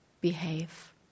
behave